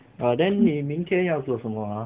ah then 你明天要做什么啊